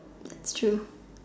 true